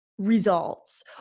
results